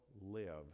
live